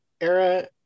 era